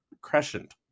Crescent